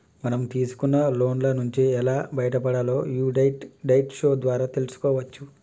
మనం తీసుకున్న లోన్ల నుంచి ఎలా బయటపడాలో యీ డెట్ డైట్ షో ద్వారా తెల్సుకోవచ్చు